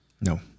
No